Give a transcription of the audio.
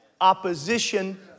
opposition